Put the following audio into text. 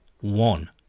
One